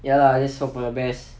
ya lah just hope for the best